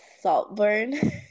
Saltburn